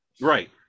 Right